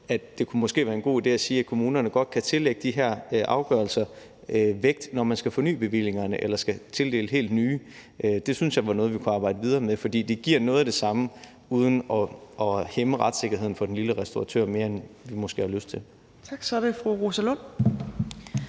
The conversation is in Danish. det måske kunne være en god idé at sige, at kommunerne godt kan tillægge de her afgørelser en vægt, når man skal forny bevillingerne eller skal tildele helt nye. Det synes jeg var noget, vi kunne arbejde videre med. For det giver noget af det samme uden at hæmme retssikkerheden for den lille restauratør mere, end vi måske har lyst til. Kl. 16:25 Tredje næstformand